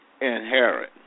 inherit